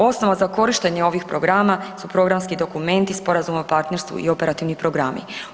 Osnova za korištenje ovih programa su programski dokumenti, Sporazum o partnerstvu i operativni programi.